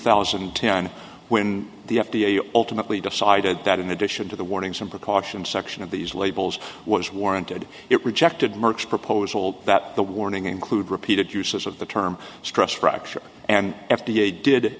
thousand and ten when the f d a ultimately decided that in addition to the warnings and precautions section of these labels was warranted it rejected mercs proposal that the warning include repeated uses of the term stress fracture and f d a did